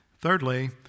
Thirdly